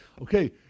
Okay